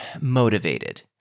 motivated